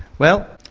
well,